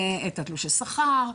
את תלושי השכר,